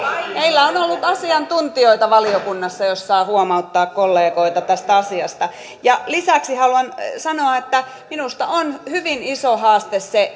meillä on ollut asiantuntijoita valiokunnassa jos saa huomauttaa kollegoita tästä asiasta ja lisäksi haluan sanoa että minusta on hyvin iso haaste se